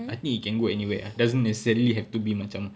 I think it can go anywhere ah doesn't necessarily have to be macam